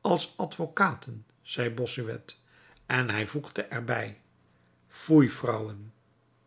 als advocaten zei bossuet en hij voegde er bij foei